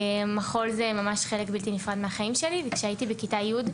מחול זה חלק בלתי נפרד מהחיים שלי וכשהייתי בכיתה י',